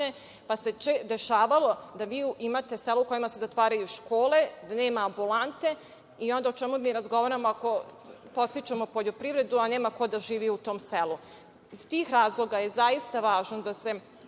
pa se dešavalo da vi imate selo u kome se zatvaraju škole, da nema ambulante. Onda o čemu mi razgovaramo, ako podstičemo poljoprivredu, a nema ko da živi u tom selu? Iz tih razloga je zaista važno da svi